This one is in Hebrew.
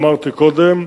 אמרתי קודם,